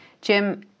Jim